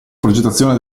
progettazione